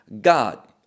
god